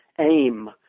aim